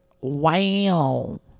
wow